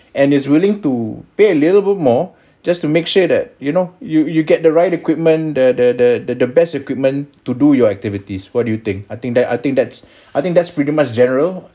and is willing to pay a little bit more just to make sure that you know you you get the right equipment the the the the best equipment to do your activities what do you think I think that I think that's I think that's pretty much general